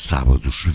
Sábados